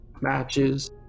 Matches